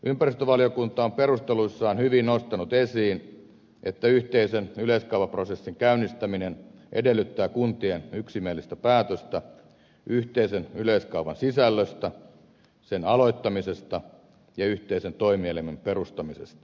ympäristövaliokunta on perusteluissaan hyvin nostanut esiin että yhteisen yleiskaavaprosessin käynnistäminen edellyttää kuntien yksimielistä päästöstä yhteisen yleiskaavan sisällöstä sen aloittamisesta ja yhteisen toimielimen perustamisesta